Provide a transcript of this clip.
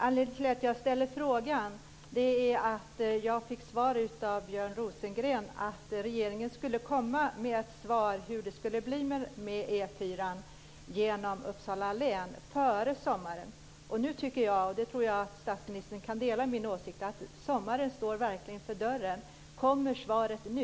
Anledningen till att jag ställer frågan är att jag fick svaret av Björn Rosengren att regeringen skulle komma med ett svar om hur det skulle bli med E 4:an genom Uppsala län innan sommaren. Jag tror att statsministern kan dela min åsikt att sommaren verkligen står för dörren. Kommer svaret nu?